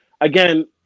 again